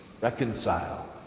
Reconcile